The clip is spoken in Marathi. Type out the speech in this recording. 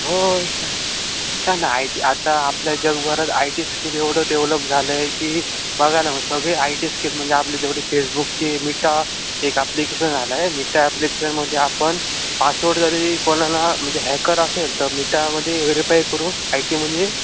हो हो चा का नाही आय टी आता आपल्या जगभरात आय टी स्किल एवढं डेव्हलप झालं आहे की बघा ना मग सगळे आय टी स्किल म्हणजे आपली जेवढी फेसबुकची मिटा एक ॲप्लिकेशन झाला आहे मिटा ॲप्लिकेशनमध्ये आपण पासवर्ड जरी कोणाला म्हणजे हॅकर असेल तर मिटामध्ये व्हेरीफाय करून आय टीमध्ये